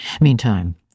Meantime